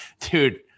dude